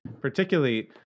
particularly